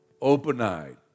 open-eyed